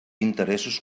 interessos